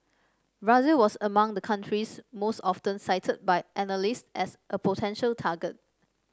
Brazil was among the countries most often cited by analyst as a potential target